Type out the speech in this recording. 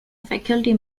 faculty